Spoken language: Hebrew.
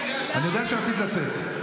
אני יודע שרצית לצאת.